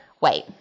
wait